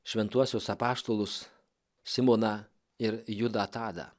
šventuosius apaštalus simoną ir judą tadą